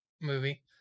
movie